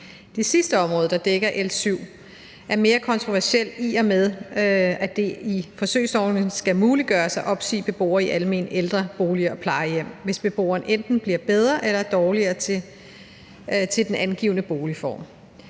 Det sidste område, der dækker L 7, er mere kontroversielt, i og med at det i en forsøgsordning skal muliggøres at opsige beboere i almene ældreboliger og plejehjem, hvis beboeren enten bliver bedre eller dårligere til den angivne boligform.